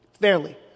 Fairly